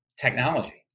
technology